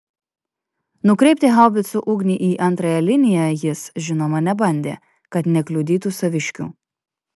nukreipti haubicų ugnį į antrąją liniją jis žinoma nebandė kad nekliudytų saviškių